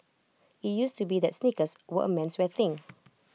IT used to be that sneakers were A menswear thing